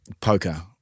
poker